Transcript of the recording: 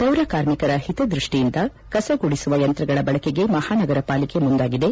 ಪೌರ ಕಾರ್ಮಿಕರ ಹಿತದ್ವಷ್ಟಿಯಿಂದ ಕಸ ಗುಡಿಸುವ ಯಂತ್ರಗಳ ಬಳಕೆಗೆ ಮಹಾನಗರ ಪಾಲಿಕೆ ಮುಂದಾಗಿದೆ